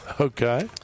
Okay